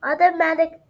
automatic